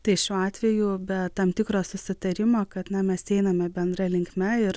tai šiuo atveju be tam tikro susitarimo kad na mes einame bendra linkme ir